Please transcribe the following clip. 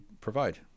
provide